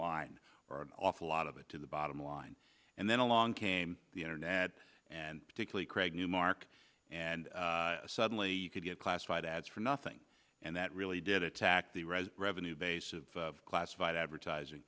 line or an awful lot of it to the bottom line and then along came the internet and particularly craig newmark and suddenly could get classified ads for nothing and that really did attack the rise revenue base of classified advertising